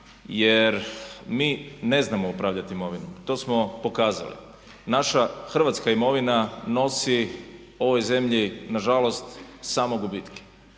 jer mi ne znamo upravljati imovinom. To smo pokazali. Naša Hrvatska imovina nosi ovoj zemlji nažalost samo gubitke